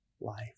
life